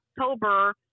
October